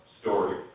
story